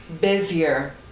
busier